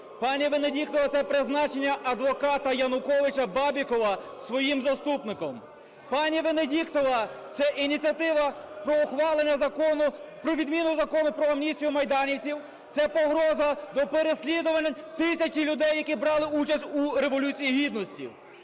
Пані Венедіктова – це призначення адвоката Януковича Бабікова своїм заступником. Пані Венедіктова – це ініціатива про ухвалення Закону про відміну Закону про амністію майданівців. Це погроза переслідувань тисяч людей, які брали участь у Революції Гідності.